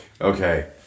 Okay